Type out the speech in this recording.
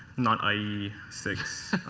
not i e six.